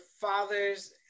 father's